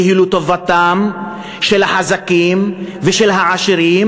שהיא לטובתם של החזקים ושל העשירים